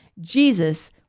Jesus